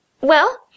Well